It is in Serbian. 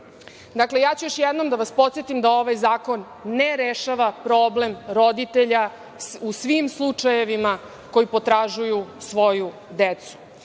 nije. Dakle, ja ću još jednom da vas podsetim da ovaj zakon ne rešava problem roditelja u svim slučajevima koji potražuju svoju decu. Danas